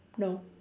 no